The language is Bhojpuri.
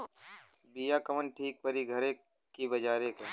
बिया कवन ठीक परी घरे क की बजारे क?